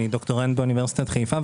אני דוקטורנט באוניברסיטת חיפה,